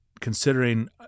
considering